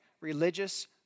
religious